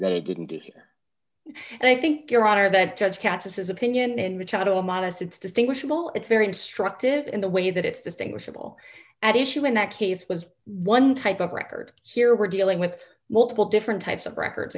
that i didn't hear and i think your honor that judge catches his opinion and machado monist it's distinguishable it's very instructive in the way that it's distinguishable at issue in that case was one type of record here we're dealing with multiple different types of records